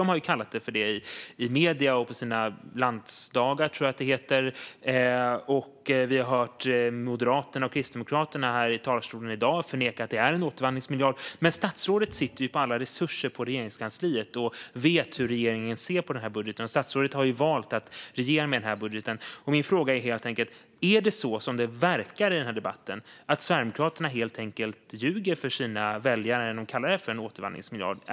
De har kallat den för det i medier och på sina landsdagar, tror jag att det heter. Vi har också hört Moderaterna och Kristdemokraterna här i talarstolen i dag förneka att det är en återvandringsmiljard. Men statsrådet sitter ju på alla resurser på Regeringskansliet och vet hur regeringen ser på den här budgeten. Statsrådet har ju valt att regera med den. Min fråga är helt enkelt: Är det så som det verkar i den här debatten att Sverigedemokraterna helt enkelt ljuger för sina väljare när de kallar det för en återvandringsmiljard?